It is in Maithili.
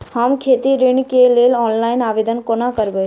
हम खेती ऋण केँ लेल ऑनलाइन आवेदन कोना करबै?